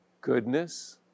goodness